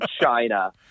China